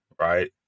right